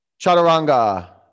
chaturanga